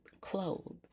clothes